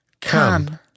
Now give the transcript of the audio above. Come